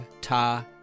Ta